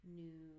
new